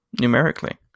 numerically